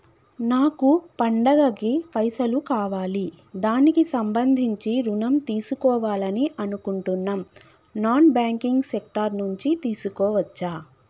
నాకు పండగ కి పైసలు కావాలి దానికి సంబంధించి ఋణం తీసుకోవాలని అనుకుంటున్నం నాన్ బ్యాంకింగ్ సెక్టార్ నుంచి తీసుకోవచ్చా?